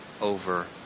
over